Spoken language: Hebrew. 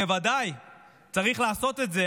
בוודאי צריך לעשות את זה